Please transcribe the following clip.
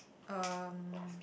um